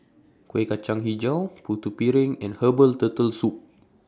Kueh Kacang Hijau Putu Piring and Herbal Turtle Soup